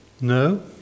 No